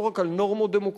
לא רק על נורמות דמוקרטיות,